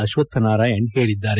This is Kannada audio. ಅಶ್ವತ್ದ್ ನಾರಾಯಣ್ ಹೇಳಿದ್ದಾರೆ